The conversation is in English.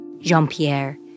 Jean-Pierre